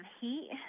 heat